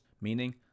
meaning